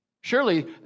Surely